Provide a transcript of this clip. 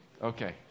Okay